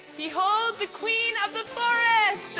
behold the queen of the forest!